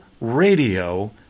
radio